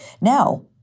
Now